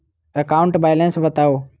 account balance बताउ